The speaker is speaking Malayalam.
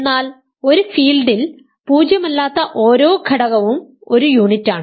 എന്നാൽ ഒരു ഫീൽഡിൽ പൂജ്യമല്ലാത്ത ഓരോ ഘടകവും ഒരു യൂണിറ്റാണ്